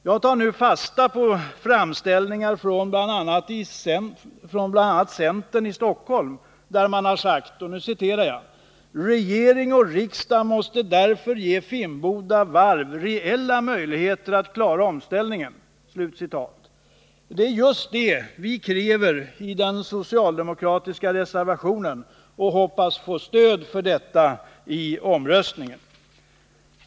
Jag tar nu fasta på framställningar från bl.a. centern i Stockholm, där man har sagt: ”Regering och riksdag måste därför ge Finnboda Varv reella möjligheter att klara omställningen.” Det är just det vi kräver i den socialdemokratiska reservationen, och vi hoppas få stöd för detta i omröstningen.